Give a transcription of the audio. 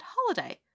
holiday